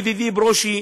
ידידי ברושי,